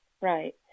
right